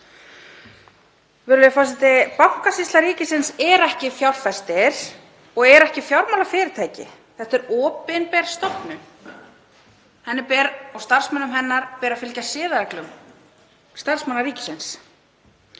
Virðulegur forseti. Bankasýsla ríkisins er ekki fjárfestir og er ekki fjármálafyrirtæki. Þetta er opinber stofnun. Starfsmönnum hennar ber að fylgja siðareglum starfsmanna ríkisins